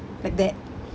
like that